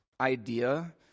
idea